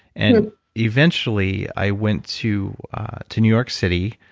and eventually i went to to new york city,